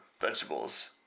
vegetables